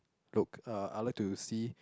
look uh I like to see